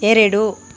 ಎರಡು